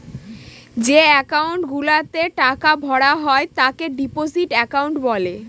যে একাউন্ট গুলাতে টাকা ভরা হয় তাকে ডিপোজিট একাউন্ট বলে